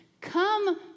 Come